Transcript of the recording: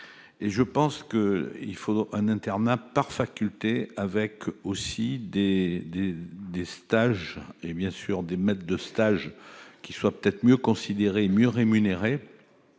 et je pense que il faudrait un internat par faculté, avec aussi des idées, des stages et bien sûr des maîtres de stage qui soient peut-être mieux considérés, mieux rémunérés,